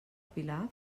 pilar